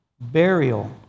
Burial